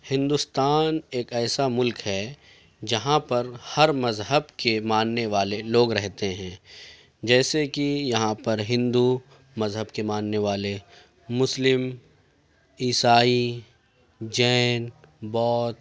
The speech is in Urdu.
ہندوستان ایک ایسا ملک ہے جہاں پر ہر مذہب کے ماننے والے لوگ رہتے ہیں جیسے کہ یہاں پر ہندو مذہب کے ماننے والے مسلم عیسائی جین بودھ